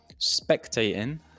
spectating